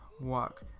work